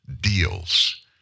deals